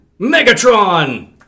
Megatron